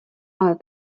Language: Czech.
ale